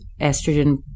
estrogen